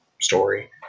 story